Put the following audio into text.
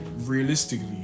realistically